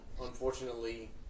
unfortunately